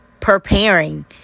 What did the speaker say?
preparing